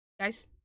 Guys